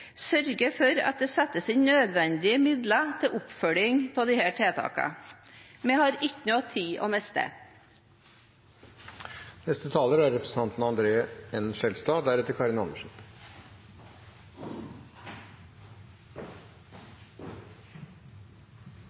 sørge for at det settes inn nødvendige midler til oppfølging av disse tiltakene. Vi har ingen tid å miste. Det er mange gode eksempler, Røros og Gloppen, som forrige representant pekte på, men også mange andre